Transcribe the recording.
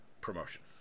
promotion